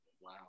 Wow